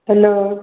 hello